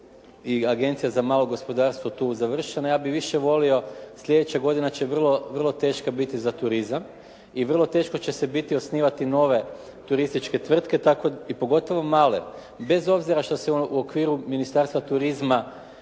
i Agencija za malo gospodarstvo tu završena. Ja bih više volio, sljedeća godina će vrlo, vrlo teška biti za turizam i vrlo teško će se biti osnivati nove turističke tvrtke tako, i pogotovo male bez obzira što se u okviru Ministarstva turizma